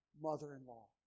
mother-in-law